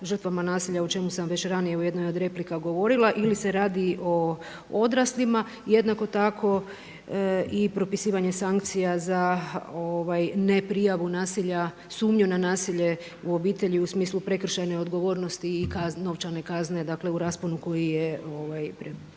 žrtvama nasilja, o čemu sam već ranije u jednoj od replika govorila ili se radi o odraslima, jednako tako i propisivanje sankcija za ne prijavu nasilja, sumnju na nasilje u obitelji u smislu prekršajne odgovornosti i novčane kazne u rasponu koji je propisan.